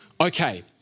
Okay